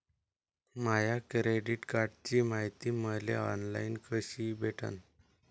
माया credit कार्डची मायती मले ऑनलाईन कसी भेटन?